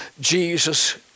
Jesus